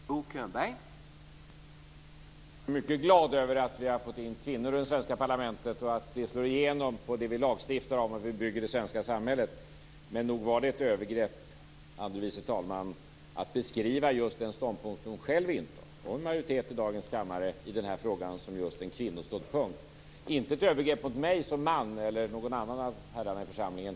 Herr talman! Jag är mycket glad över att vi har fått in kvinnor i det svenska parlamentet och att det slår igenom när vi lagstiftar och bygger det svenska samhället. Men nog var det ett övergrepp av andre vice talmannen att beskriva den ståndpunkt som hon själv och en majoritet i dagens kammare intar i den här frågan som en kvinnoståndpunkt. Det var inte ett övergrepp mot mig som man eller mot någon annan av herrarna i församlingen.